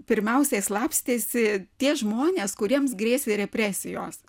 pirmiausiai slapstėsi tie žmonės kuriems grėsė represijos